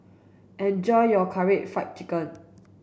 enjoy your Karaage Fried Chicken